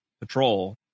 patrol